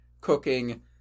cooking